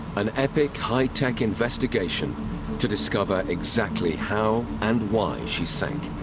an epic high-tech investigation to discover exactly how and why she sank.